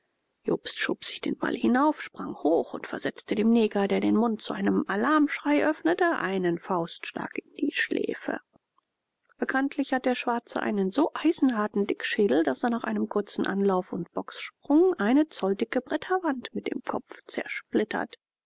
jobst schob sich den wall hinauf sprang hoch und versetzte dem neger der den mund zu einem alarmschrei öffnete einen faustschlag in die schläfe bekanntlich hat der schwarze einen so eisenharten dickschädel daß er nach einem kurzen anlauf und bockssprung eine zolldicke bretterwand mit dem kopf zersplittert